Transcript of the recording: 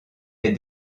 est